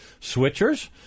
Switchers